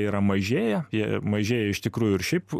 yra mažėja jie mažėja iš tikrųjų ir šiaip